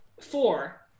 four